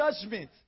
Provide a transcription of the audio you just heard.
judgment